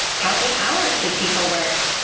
how many hours should people work?